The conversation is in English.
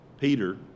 Peter